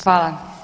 Hvala.